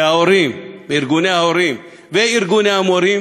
מההורים, מארגוני ההורים ומארגוני המורים